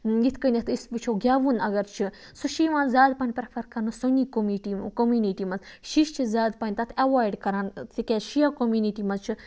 یِتھ کٔنیٚتھ أسۍ وٕچھو گیٚوُن اگر چھُ سُہ چھُ یِوان زیادٕ پَہَن پریٚفَر کَرنہٕ سوٚنی کومٹی کومنٹی مَنٛز شی چھِ زیاد پَہَن تَتھ ایٚوایڈ کَران تکیازِ شِیا کومنِٹی مَنٛز چھ